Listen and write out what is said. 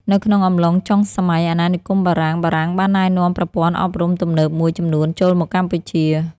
នៅក្នុងអំឡុងចុងសម័យអាណានិគមបារាំង បារាំងបានណែនាំប្រព័ន្ធអប់រំទំនើបមួយចំនួនចូលមកកម្ពុជា។